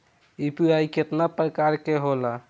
UPI केतना प्रकार के होला?